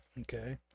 Okay